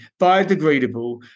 biodegradable